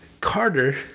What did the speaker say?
Carter